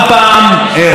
אריאל שרון המנוח: